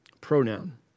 pronoun